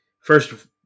first